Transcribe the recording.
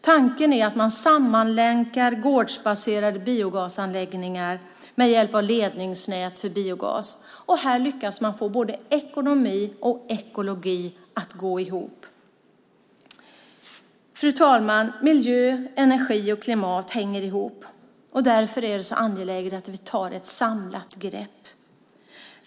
Tanken är att man sammanlänkar gårdsbaserade biogasanläggningar med hjälp av ledningsnät för biogas. Här lyckas man få både ekonomi och ekologi att gå ihop. Fru talman! Miljö, energi och klimat hänger ihop. Därför är det så angeläget att vi tar ett samlat grepp.